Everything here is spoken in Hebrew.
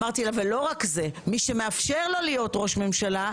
אמרתי לה: לא רק זה אלא מי שמאפשר לו להיות ראש ממשלה,